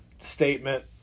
statement